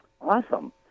Awesome